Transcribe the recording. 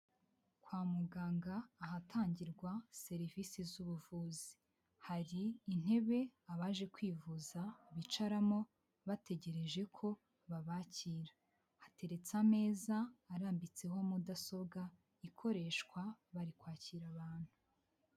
Kwa muganga ahatangirwa serivisi z'ubuvuzi, hari intebe abaje kwivuza bicaramo, bategereje ko babakira, hateretse ameza arambitseho mudasobwa, ikoreshwa bari kwakira abantu.